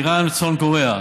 איראן וצפון קוריאה,